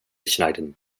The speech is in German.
schneiden